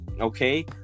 okay